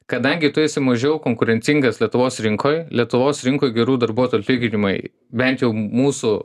kadangi tu esi mažiau konkurencingas lietuvos rinkoj lietuvos rinkoj gerų darbuotojų atlyginimai bent jau mūsų